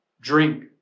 drink